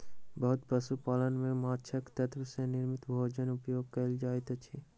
बहुत पशु पालन में माँछक तत्व सॅ निर्मित भोजनक उपयोग कयल जाइत अछि